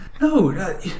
No